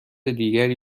دیگری